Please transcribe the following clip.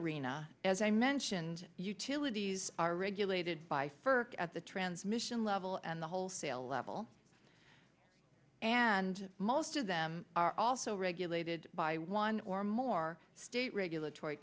arena as i mentioned utilities are regulated by firk at the transmission level and the wholesale level and most of them are also regulated by one or more state regulatory